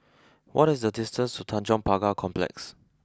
what is the distance to Tanjong Pagar Complex